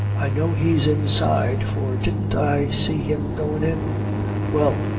i know he's inside, for didn't i see him goin' in well,